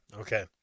Okay